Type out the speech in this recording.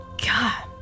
God